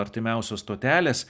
artimiausios stotelės